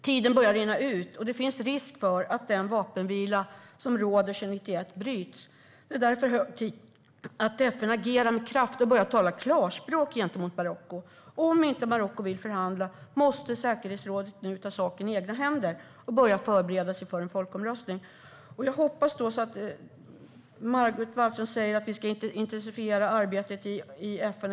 Tiden börjar rinna ut, och det finns risk för att den vapenvila som råder sedan 1991 bryts. Det är därför hög tid att FN agerar med kraft och börjar tala klarspråk gentemot Marocko. Om inte Marocko vill förhandla måste säkerhetsrådet nu ta saken i egna händer och börja förbereda sig för en folkomröstning. Margot Wallström säger att vi ska intensifiera arbetet i FN.